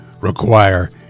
require